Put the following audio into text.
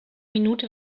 minute